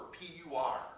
P-U-R